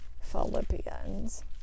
Philippians